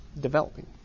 developing